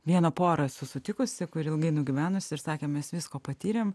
vieną porą esu sutikusi kur ilgai nugyvenusi ir sakė mes visko patyrėm